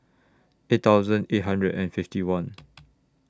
eight thousand eight hundred and fifty one